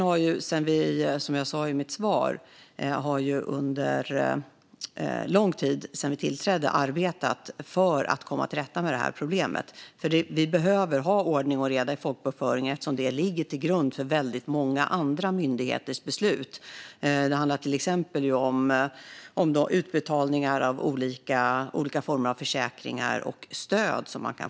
Som jag sa i svaret har regeringen under lång tid, sedan vi tillträdde, arbetat för att komma till rätta med detta problem. Vi behöver ordning och reda i folkbokföringen eftersom den ligger till grund för väldigt många andra myndigheters beslut. Det handlar till exempel om utbetalningar av olika former av försäkringar och stöd.